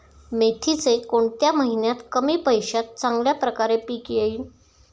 मेथीचे कोणत्या महिन्यात कमी पैशात चांगल्या प्रकारे पीक येईल?